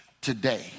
today